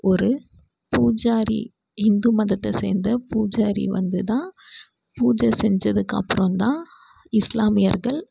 ஒரு பூஜாரி ஹிந்து மதத்தை சேர்ந்த பூஜாரி வந்துதான் பூஜை செஞ்சதுக்கப்புறம் தான் இஸ்லாமியர்கள்